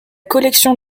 collection